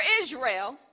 Israel